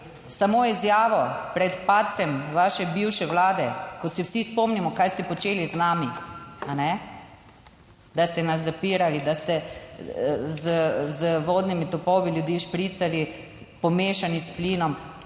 Samo izjavo pred padcem vaše bivše vlade, ko se vsi spomnimo, kaj ste počeli z nami, a ne, da ste nas zapirali, da ste z vodnimi topovi ljudi špricali, pomešani s plinom,